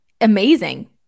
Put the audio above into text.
amazing